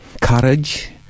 courage